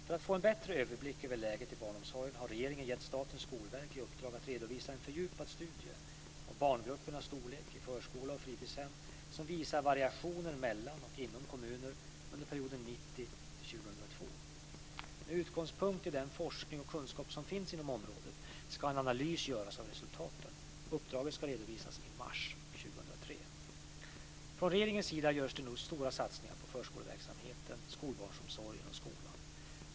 För att få en bättre överblick över läget i barnomsorgen har regeringen gett Statens skolverk i uppdrag att redovisa en fördjupad studie av barngruppernas storlek i förskola och fritidshem som visar variationer mellan och inom kommuner under perioden 1990-2002. Med utgångspunkt i den forskning och kunskap som finns inom området ska en analys göras av resultaten. Uppdraget ska redovisas i mars 2003. Från regeringens sida görs det nu stora satsningar på förskoleverksamheten, skolbarnsomsorgen och skolan.